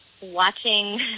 watching